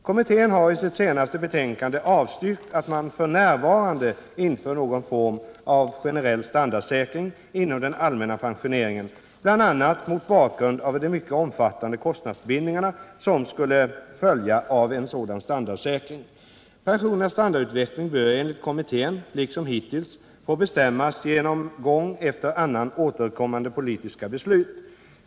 Kommittén har i sitt senaste betänkande avstyrkt att man f. n. inför någon form av generell standardsäkring inom den allmänna pensioneringen, bl.a. mot bakgrund av de mycket omfattande kostnadsbindningarna som skulle följa av en sådan standardsäkring. Pensionernas standardutveckling bör enligt kommittén liksom hittills få bestämmas genom gång efter annan återkommande politiska beslut.